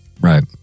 right